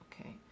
Okay